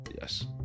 Yes